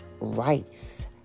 rice